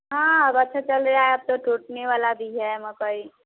हाँ वर्षा चल रहा है अब तो टूटने वाला भी है मकाई